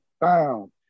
found